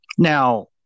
Now